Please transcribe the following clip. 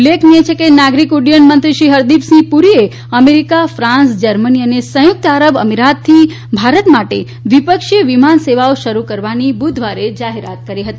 ઉલ્લેખનીય છે કે નાગરિક ઉદ્દયન મંત્રી શ્રી હરદીપસિંહ પુરીએ અમેરિકા ફ્રાંસ જર્મની અને સંયુક્ત આરબ અમિરાતથી ભારત માટે દ્વિપક્ષીય વિમાન સેવાઓ શરૂ કરવાની બુધવારે જાહેરાત કરી હતી